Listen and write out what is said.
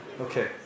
Okay